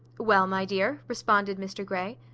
well, my dear! responded mr grey.